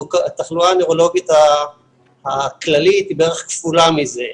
התחלואה הנוירולוגית הכללית היא בערך כפולה מזה,